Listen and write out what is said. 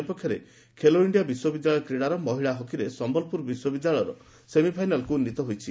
ଅନ୍ୟପକ୍ଷରେ ଖେଲୋ ଇଣ୍ଡିଆ ବିଶ୍ୱବିଦ୍ୟାଳୟ କ୍ରୀଡ଼ାର ମହିଳା ହକିରେ ସମ୍ୟଲପୁର ବିଶ୍ୱବିଦ୍ୟାଳୟ ସେମିଫାଇନାଲ୍କୁ ଉନ୍ନିତ ହୋଇଛି